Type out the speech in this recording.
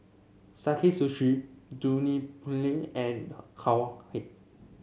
Sakae Sushi Dunlopillo and Cowhead